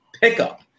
pickup